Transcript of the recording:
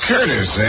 Curtis